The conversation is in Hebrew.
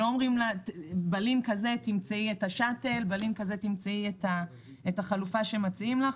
בלי לינק לשאטל או חלופה אחרת.